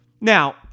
Now